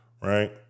right